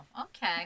okay